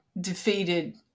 defeated